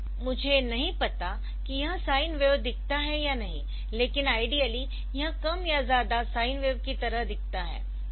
मुझे नहीं पता कि यह साइन वेव दिखता है या नहीं लेकिन आइडियली यह कम या ज़्यादा साइन वेव की तरह दिखता है